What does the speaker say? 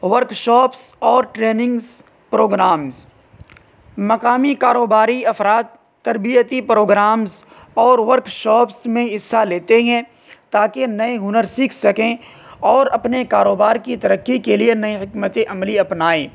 workshops اور trainings programmes مقامی کاروباری افراد تربیتی پروگرامس اور ورکشاپس میں حصہ لیتے ہیں تاکہ نئے ہنر سیکھ سکیں اور اپنے کاروبار کی ترکی کے لیے نئے حکمت عملی اپنائیں